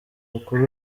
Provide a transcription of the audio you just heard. kuri